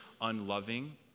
unloving